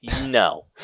no